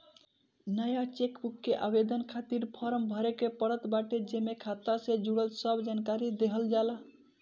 नया चेकबुक के आवेदन खातिर फार्म भरे के पड़त बाटे जेमे खाता से जुड़ल सब जानकरी देहल जाला